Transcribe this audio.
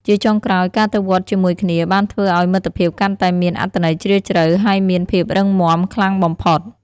ជាចុងក្រោយ ការទៅវត្តជាមួយគ្នាបានធ្វើឲ្យមិត្តភាពកាន់តែមានអត្ថន័យជ្រាលជ្រៅហើយមានភាពរឹងមាំខ្លាំងបំផុត។